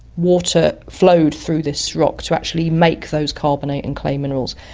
water flowed through this rock to actually make those carbonate and clay minerals,